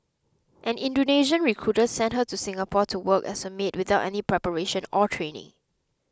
an Indonesian recruiter sent her to Singapore to work as a maid without any preparation or training